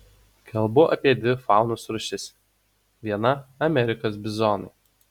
kalbu apie dvi faunos rūšis viena amerikos bizonai